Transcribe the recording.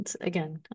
Again